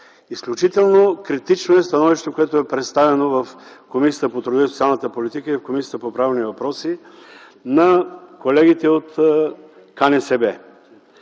Изключително критично е становището, което е представено в Комисията по труда и социалната политика и Комисията по правни въпроси на колегите от КНСБ.